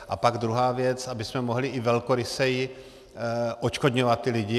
A pak druhá věc, abychom mohli i velkoryseji odškodňovat ty lidi.